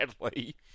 badly